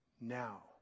now